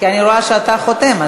כי אני רואה שאתה חותם.